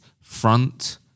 front